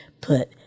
put